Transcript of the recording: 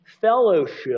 fellowship